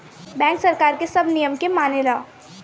bank सरकार के सब नियम के मानेला